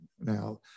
now